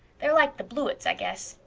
they're like the blewetts, i guess.